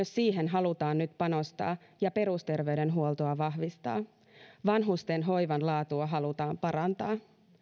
siihen halutaan nyt panostaa ja perusterveydenhuoltoa vahvistaa vanhustenhoivan laatua halutaan parantaa